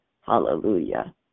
Hallelujah